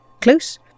close